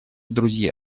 друзья